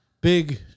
big